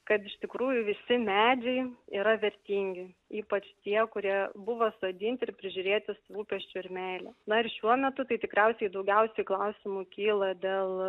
kad iš tikrųjų visi medžiai yra vertingi ypač tie kurie buvo sodinti ir prižiūrėti su rūpesčiu ir meile na ir šiuo metu tai tikriausiai daugiausiai klausimų kyla dėl